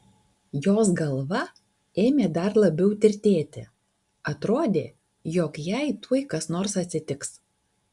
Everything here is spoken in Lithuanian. jos galva ėmė dar labiau tirtėti atrodė jog jai tuoj kas nors atsitiks